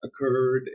occurred